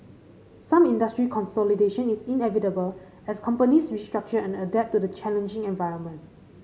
some industry consolidation is inevitable as companies restructure and adapt to the challenging environment